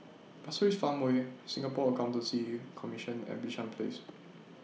Pasir Ris Farmway Singapore Accountancy Commission and Bishan Place